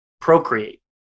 procreate